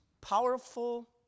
powerful